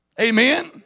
Amen